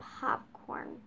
popcorn